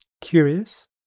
curious